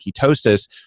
ketosis